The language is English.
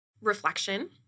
reflection